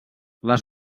les